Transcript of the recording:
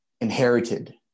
inherited